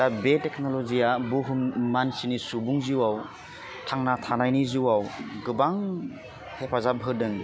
दा बे टेक्न'लजिया बुहुम मानसिनि सुबुं जिउवाव थांना थानायनि जिउवाव गोबां हेफाजाब होदों